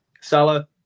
Salah